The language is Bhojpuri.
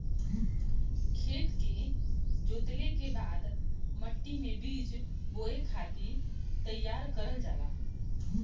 खेत के जोतले के बाद मट्टी मे बीज बोए खातिर तईयार करल जाला